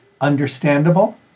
understandable